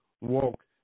walk